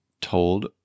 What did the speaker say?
told